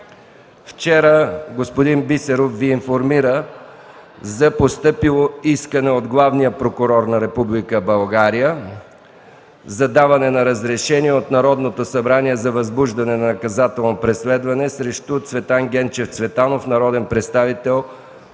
Вчера господин Бисеров Ви информира за постъпило искане от главния прокурор на Република България за даване на разрешение от Народното събрание за възбуждане на наказателно преследване срещу Цветан Генчев Цветанов – народен представител